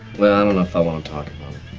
well, i don't know if i want to talk